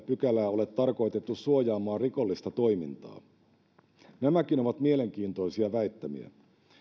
pykälää ole tarkoitettu suojaamaan rikollista toimintaa nämäkin ovat mielenkiintoisia väittämiä